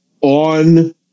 on